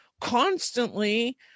constantly